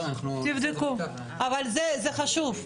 תבדקו, אבל זה חשוב.